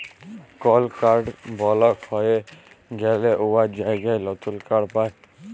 call card block হঁয়ে গ্যালে উয়ার জায়গায় লতুল কাড় পায়